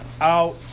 out